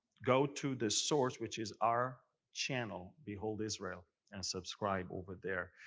go to the source which is our channel, behold israel, and subscribe over there.